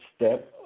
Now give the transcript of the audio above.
step